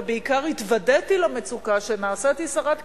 ובעיקר התוודעתי למצוקה כשנעשיתי שרת קליטה,